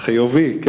נענה,